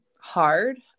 hard